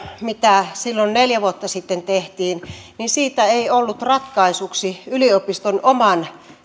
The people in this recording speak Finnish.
mitä silloin neljä vuotta sitten tehtiin ei ollut ratkaisuksi yliopiston oman